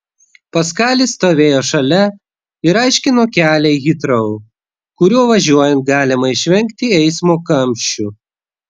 paskalis stovėjo šalia ir aiškino kelią į hitrou kuriuo važiuojant galima išvengti eismo kamščių